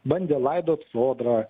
bandė laidot sodrą